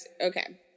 Okay